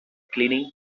cleaning